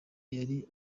yari